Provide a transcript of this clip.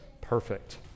perfect